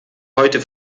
heute